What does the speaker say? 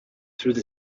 through